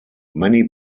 many